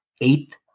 Eighth